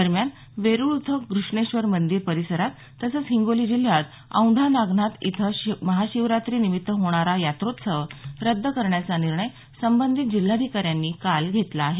दरम्यान वेरुळ इथं घुष्णेश्वर मंदिर परिसरात तसंच हिंगोली जिल्ह्यात औैंढा नागनाथ इथं महाशिवरात्रीनिमित्त होणारा यात्रोत्सव रद्द करण्याचा निर्णय संबंधित जिल्हाधिकाऱ्यांनी काल घेतला आहे